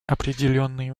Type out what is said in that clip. определенные